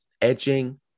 edging